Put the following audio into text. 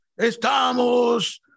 estamos